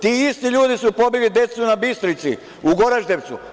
Ti isti ljudi su pobili decu na Bistrici, u Goraždevcu.